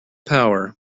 power